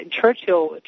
Churchill